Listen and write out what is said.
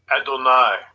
Adonai